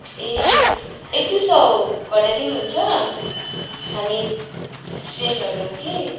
ए एक दुई सय घटाइदिनुहुन्छ हामी स्टुडेन्टहरू हो कि